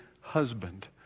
husband